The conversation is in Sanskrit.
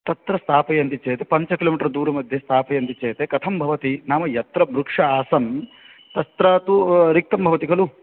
तत्र स्थापयन्ति चेत् पञ्चकिलोमिटर् दूर मध्ये स्थापयन्ति चेत् कथं भवति नाम यत्र वृक्षाः आसन् तत्र तु रिक्तं भवति खलु